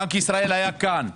בנק ישראל היה כאן.